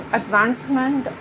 advancement